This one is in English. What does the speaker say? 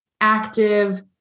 active